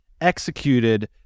Executed